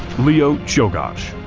leo czolgosz.